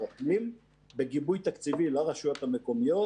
הפנים בגיבוי תקציבי לרשויות המקומיות